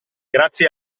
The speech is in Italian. grazie